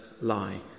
lie